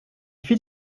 fit